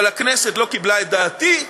אבל הכנסת לא קיבלה את דעתי,